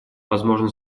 возможно